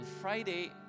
Friday